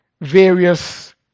Various